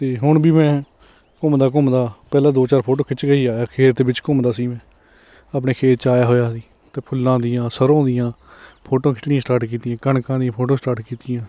ਅਤੇ ਹੁਣ ਵੀ ਮੈਂ ਘੁੰਮਦਾ ਘੁੰਮਦਾ ਪਹਿਲਾਂ ਦੋ ਚਾਰ ਫੋਟੋਆਂ ਖਿੱਚ ਕੇ ਹੀ ਆਇਆ ਖੇਤ ਦੇ ਵਿੱਚ ਘੁੰਮਦਾ ਸੀ ਮੈਂ ਆਪਣੇ ਖੇਤ 'ਚ ਆਇਆ ਹੋਇਆ ਸੀ ਅਤੇ ਫੁੱਲਾਂ ਦੀਆਂ ਸਰੋਂ ਦੀਆਂ ਫੋਟੋਆਂ ਖਿੱਚਣੀਆਂ ਸਟਾਰਟ ਕੀਤੀਆਂ ਕਣਕਾਂ ਦੀਆਂ ਫੋਟੋਆਂ ਸਟਾਰਟ ਕੀਤੀਆਂ